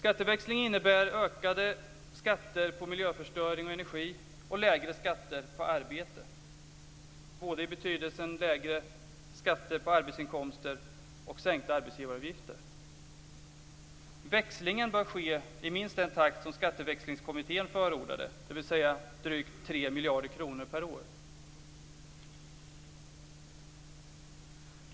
Skatteväxling innebär ökade skatter på miljöförstöring och energi och lägre skatter på arbete, både i betydelsen lägre skatter på arbetsinkomster och sänkta arbetsgivaravgifter. Växlingen bör ske i minst den takt som Skatteväxlingskommittén förordade, dvs. drygt 3 miljarder kronor per år.